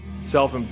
Self